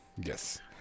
Yes